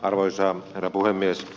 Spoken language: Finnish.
arvoisa herra puhemies